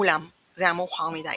אולם זה היה מאוחר מדי.